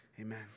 Amen